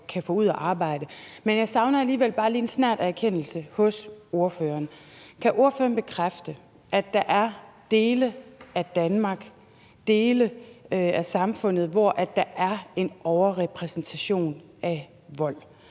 kan få ud at arbejde. Men jeg savner alligevel bare lige en snert af erkendelse hos ordføreren. Kan ordføreren bekræfte, at der er dele af Danmark, dele af samfundet, hvor der er en overrepræsentation af vold?